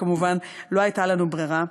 כמובן שלא הייתה לנו ברירה.